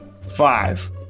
Five